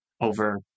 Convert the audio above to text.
over